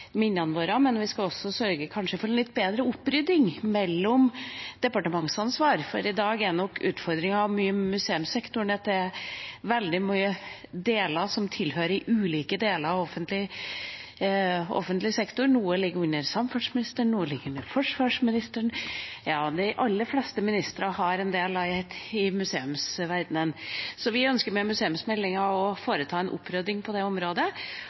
minnene våre, og vi skal også sørge for en litt bedre opprydding når det gjelder departementsansvaret. Utfordringen med museumssektoren i dag er at veldig mange deler av den tilhører ulike deler av offentlig sektor. Noe ligger under samferdselsministeren, noe ligger under forsvarsministeren – ja, de aller fleste ministrene har en del i museumsverdenen. Med museumsmeldinga ønsker vi å foreta en opprydding på dette området.